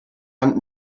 hand